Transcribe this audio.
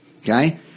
Okay